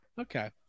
Okay